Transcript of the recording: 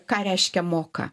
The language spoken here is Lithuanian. ką reiškia moka